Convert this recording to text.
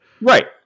Right